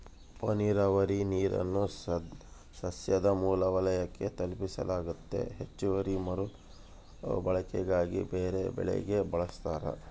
ಉಪನೀರಾವರಿ ನೀರನ್ನು ಸಸ್ಯದ ಮೂಲ ವಲಯಕ್ಕೆ ತಲುಪಿಸಲಾಗ್ತತೆ ಹೆಚ್ಚುವರಿ ಮರುಬಳಕೆಗಾಗಿ ಬೇರೆಬೆಳೆಗೆ ಬಳಸ್ತಾರ